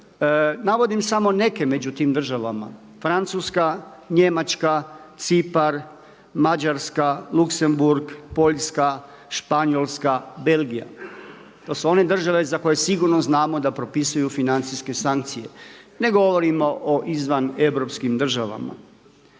Navodim samo neke među tim državama, Francuska, Njemačka, Cipar, Mađarska, Luksemburg, Poljska, Španjolska, Belgija. To su one države za koje sigurno znamo da propisuju financijske sankcije. Ne govorimo o izvaneuropskim državama.